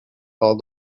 all